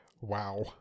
Wow